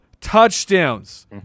touchdowns